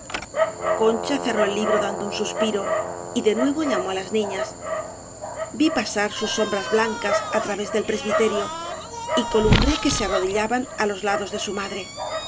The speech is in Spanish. concha cerró el libro dando un suspiro y de nuevo llamó á las niñas vi pasar sus sombras blancas á través del presbiterio y columbré que se arrodillaban á los lados de su madre